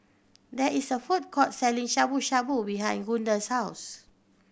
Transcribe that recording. there is a food court selling Shabu Shabu behind Gunda's house